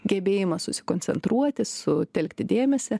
gebėjimą susikoncentruoti sutelkti dėmesį